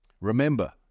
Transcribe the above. Remember